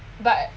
but